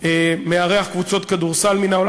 מארח קבוצות כדורסל מהעולם,